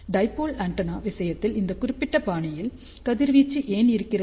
dipole antenna விஷயத்தில் இந்த குறிப்பிட்ட பாணியில் கதிர்வீச்சு ஏன் இருக்கிறது